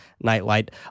Nightlight